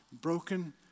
broken